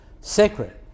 sacred